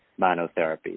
monotherapy